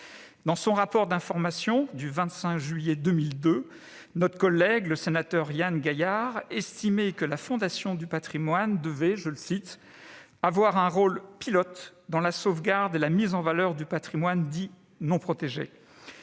Dans son rapport d'information du 25 juillet 2002, notre ancien collègue sénateur Yann Gaillard estimait que la Fondation du patrimoine devait « avoir un rôle pilote dans la sauvegarde et la mise en valeur du patrimoine dit " non protégé "